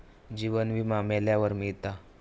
जीवन विमा मेल्यावर मिळता